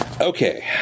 Okay